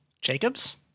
Jacobs